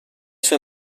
sue